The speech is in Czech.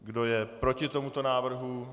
Kdo je proti tomuto návrhu?